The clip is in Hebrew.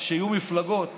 שיהיו מפלגות